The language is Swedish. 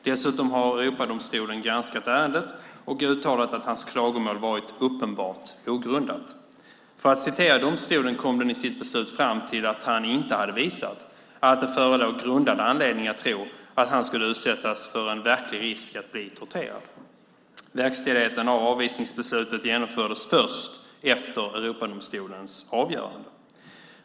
Dessutom har Europadomstolen granskat ärendet och uttalat att hans klagomål varit uppenbart ogrundat. För att återge domstolen kom denna i sitt beslut fram till att han inte hade visat att det förelåg grundad anledning att tro att han skulle utsättas för en verklig risk att bli torterad. Verkställigheten av avvisningsbeslutet genomfördes först efter Europadomstolens avgörande.